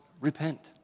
repent